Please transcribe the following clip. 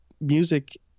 music